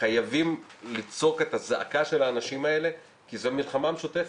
חייבים לצעוק את הזעקה של האנשים האלה כי זו מלחמה משותפת.